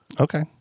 okay